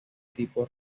tipo